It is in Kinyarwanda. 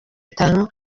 itanu